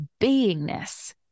beingness